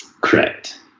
Correct